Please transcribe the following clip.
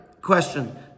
question